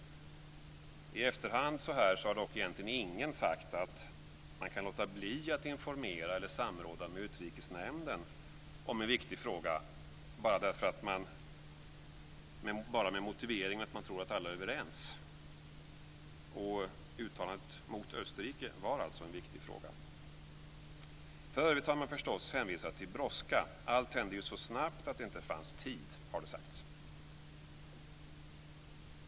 I efterhand har dock egentligen ingen sagt att man kan låta bli att informera eller samråda med Utrikesnämnden om en viktig fråga bara med motiveringen att man tror att alla är överens, och uttalandet mot Österrike var en viktig fråga. För övrigt har man hänvisat till brådska - allt hände så snabbt att det inte fanns tid, har det sagts.